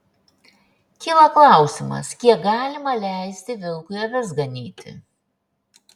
kyla klausimas kiek galima leisti vilkui avis ganyti